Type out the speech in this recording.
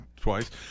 twice